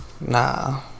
Nah